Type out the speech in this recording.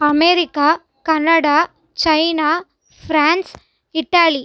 America Canada China France Italy